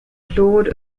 lord